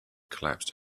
collapsed